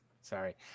Sorry